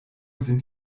sind